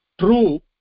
True